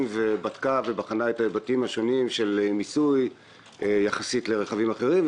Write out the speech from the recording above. ובדקה ובחנה את ההיבטים השונים של מיסוי יחסית לרכבים אחרים,